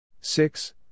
six